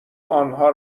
آنها